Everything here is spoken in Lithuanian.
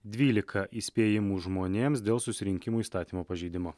dvylika įspėjimų žmonėms dėl susirinkimų įstatymo pažeidimo